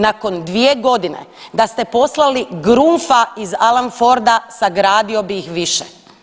Nakon dvije godine da ste poslali Grumfa iz Alan Forda sagradio bi ih više.